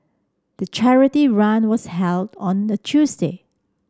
the charity run was held on a Tuesday